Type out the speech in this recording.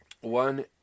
one